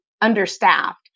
understaffed